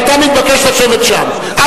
אתה מתבקש לשבת שם.